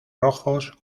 rojos